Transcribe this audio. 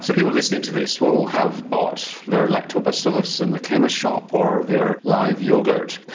so people listening to this will have bought their lacto bacillus in the chemist shop, or their live yoghurt.